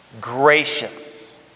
Gracious